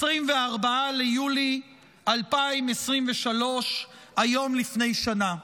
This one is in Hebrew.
24 ביולי 2023, היום לפני שנה,